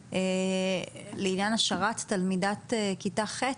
- לעניין השארת תלמידת כיתה ח'